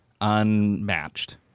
unmatched